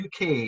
UK